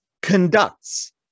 conducts